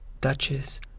Duchess